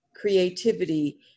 creativity